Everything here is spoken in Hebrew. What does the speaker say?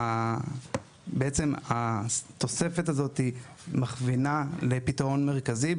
בעצם, התוספת הזאת מכווינה לפתרונן מרכזי.